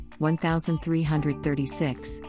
1336